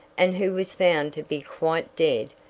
and who was found to be quite dead,